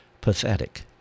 pathetic